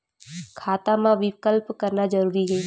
खाता मा विकल्प करना जरूरी है?